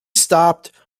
stopped